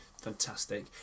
fantastic